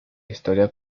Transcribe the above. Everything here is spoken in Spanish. historia